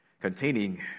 containing